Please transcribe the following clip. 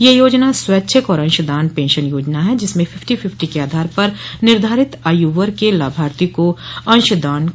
यह योजना स्वैच्छिक और अंशदान पेंशन योजना है जिसमें फिफ्टी फिफ्टी के आधार पर निर्धारित आयु वग के लाभार्थी को अंशदान करना होगा